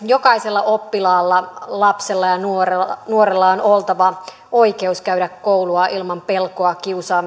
jokaisella oppilaalla lapsella ja nuorella nuorella on oltava oikeus käydä koulua ilman pelkoa